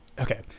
okay